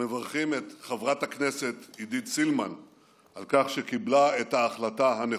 ומברכים את חברת הכנסת עידית סילמן על כך שקיבלה את ההחלטה הנכונה.